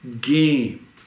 game